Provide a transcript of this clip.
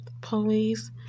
Police